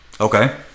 Okay